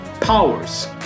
powers